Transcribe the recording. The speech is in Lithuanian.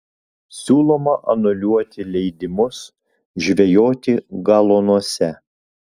siūloma anuliuoti leidimus žvejoti galuonuose